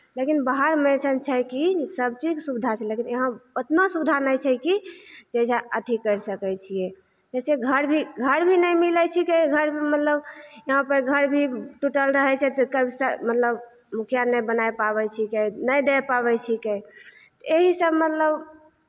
लेकिन बाहरमे अइसन छै कि सभ चीजके सुविधा छै लेकिन यहाँ उतना सुविधा नहि छै कि जकरा अथि करि सकै छियै जइसे घर भी घर भी नहि मिलै छिकै घरमे मतलब यहाँपर घर भी टूटल रहै छै तऽ कइसे मतलब मुखिया नहि बनाए पाबै छिकै नहि दै पाबै छिकै यही सभ मतलब